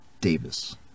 Davis